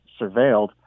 surveilled